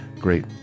great